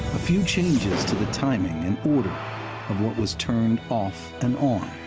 a few changes to the timing and order of what was turned off and on,